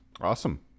Awesome